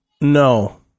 No